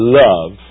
love